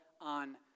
on